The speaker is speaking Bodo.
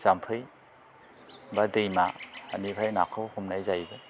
जाम्फै बा दैमानिफ्राय नाखौ हमनाय जायोमोन